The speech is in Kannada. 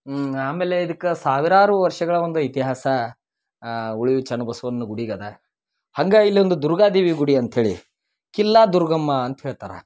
ಆಮೇಲೆ ಇದಕ್ಕೆ ಸಾವಿರಾರು ವರ್ಷಗಳ ಒಂದು ಇತಿಹಾಸ ಉಳ್ವಿ ಚನ್ಬಸವಣ್ಣನ ಗುಡಿಗೆ ಅದ ಹಂಗೆ ಇಲ್ಲೊಂದು ದುರ್ಗಾದೇವಿ ಗುಡಿ ಅಂತ್ಹೇಳಿ ಕಿಲ್ಲಾ ದುರ್ಗಾಮ್ಮ ಅಂತ ಹೇಳ್ತಾರೆ